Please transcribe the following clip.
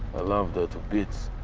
i loved her to bits.